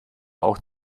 auch